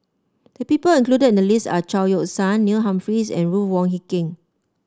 the people included in the list are Chao Yoke San Neil Humphreys and Ruth Wong Hie King